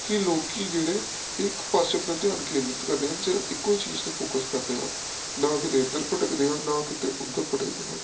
ਕਿ ਲੋਕ ਜਿਹੜੇ ਇੱਕ ਪਾਸੇ ਆਪਣਾ ਧਿਆਨ ਕੇਂਦਰਿਤ ਕਰਦੇ ਹਨ ਸਿਰਫ ਇੱਕੋ ਹੀ ਚੀਜ਼ 'ਤੇ ਫੋਕਸ ਕਰਦੇ ਹਨ ਨਾ ਕਿਤੇ ਇੱਧਰ ਭਟਕਦੇ ਹਨ ਨਾ ਕਿਤੇ ਉੱਧਰ ਭਟਕਦੇ ਹਨ